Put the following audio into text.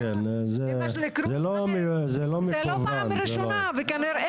זה לא מכוון, לא.